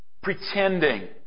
pretending